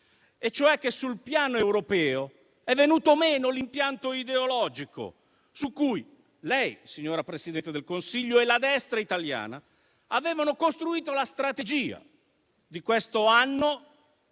fatto che sul piano europeo è venuto meno l'impianto ideologico su cui lei, signora Presidente del Consiglio, e la destra italiana avevate costruito la strategia di questo anno